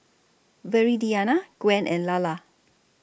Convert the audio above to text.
Viridiana Gwen and Lalla